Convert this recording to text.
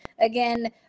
Again